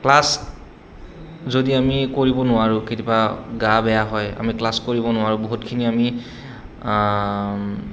class যদি আমি কৰিব নোৱাৰোঁ কেতিয়াবা গা বেয়া হয় আমি ক্লাছ কৰিব নোৱাৰোঁ বহুতখিনি আমি